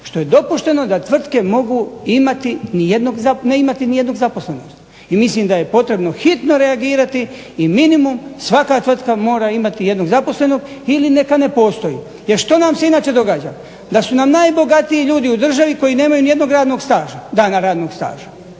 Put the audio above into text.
što je dopušteno da tvrtke ne imati nijednog zaposlenog. I mislim da je potrebno hitno reagirati i minimum svaka tvrtka mora imati jednog zaposlenog ili neka ne postoji. Jer što nam se inače događa? Da su nam najbogatiji ljudi u državi koji nemaju nijednog radnog staža,